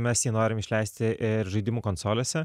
mes jį norim išleisti ir žaidimų konsolėse